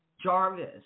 Jarvis